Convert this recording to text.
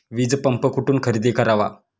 वीजपंप कुठून खरेदी करावा?